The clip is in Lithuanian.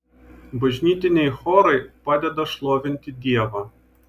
bažnytiniai chorai padeda šlovinti dievą